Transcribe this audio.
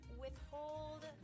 withhold